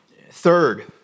Third